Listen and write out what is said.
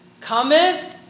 cometh